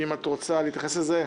האם את רוצה להתייחס לזה?